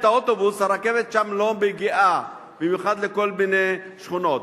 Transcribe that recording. הרכבת לא מגיעה, במיוחד לכל מיני שכונות.